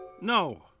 No